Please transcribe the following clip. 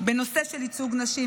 בנושא של ייצוג נשים,